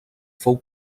fou